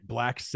Black